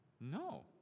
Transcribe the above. No